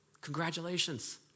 Congratulations